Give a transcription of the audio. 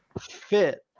fit